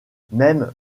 même